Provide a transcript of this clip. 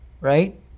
Right